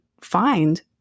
find